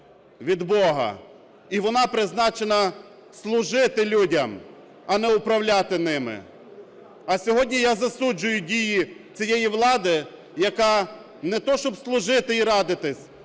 від Бога, і вона призначена служити людям, а не управляти ними. А сьогодні я засуджую дії цієї влади, яка не те що б служити і радитися,